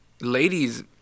ladies